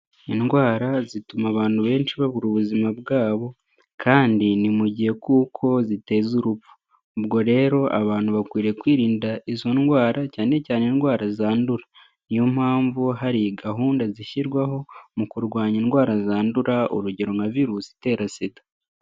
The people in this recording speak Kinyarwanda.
Indwara zituma abantu benshi babura ubuzima bwabo kandi ni mu gihe kuko ziteza urupfu, ubwo rero abantu bakwiriye kwirinda izo ndwara cyane cyane indwara zandura, niyo mpamvu hari gahunda zishyirwaho mu kurwanya indwara zandura urugero nka virusi itera SIDA.